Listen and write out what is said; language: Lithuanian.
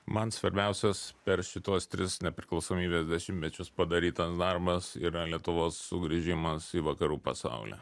man svarbiausios per šituos tris nepriklausomybės dešimtmečius padarytas darbas yra lietuvos sugrįžimas į vakarų pasaulį